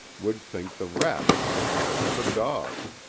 would think the rabbit the cause of the dog.